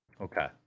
Okay